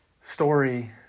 story